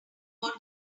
what